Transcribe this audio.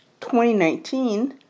2019